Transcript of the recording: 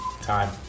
Time